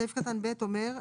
סעיף קטן (ב) אומר.